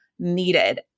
needed